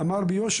הוא אמר ביושר: